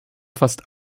fast